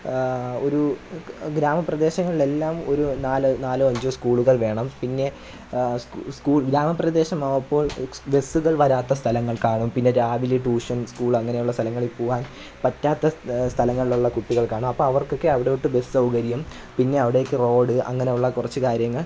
ഒരു ഗ്രാമപ്രദേശങ്ങളിൽ എല്ലാം ഒരു നാലോ നാലോ അഞ്ചോ സ്കൂളുകൾ വേണം പിന്നെ സ്കൂൾ ഗ്രാമപ്രദേശമാവുമ്പോൾ ബസ്സുകൾ വരാത്ത സ്ഥലങ്ങൾ കാണും പിന്നെ രാവിലെ ട്യൂഷൻ സ്കൂൾ അങ്ങനെയുള്ള സ്ഥലങ്ങളിൽ പോവാൻ പറ്റാത്ത സ്ഥലങ്ങളിൽ ഉള്ള കുട്ടികൾ കാണും അപ്പോൾ അവർക്കൊക്കെ അവിടോട്ട് ബസ് സൗകര്യം റോഡ് പിന്നെ അവിടേക്ക് റോഡ് അങ്ങനെയുള്ള കുറച്ച് കാര്യങ്ങൾ